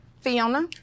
Fiona